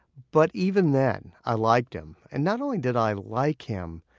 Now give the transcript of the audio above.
but even then, i liked him. and not only did i like him,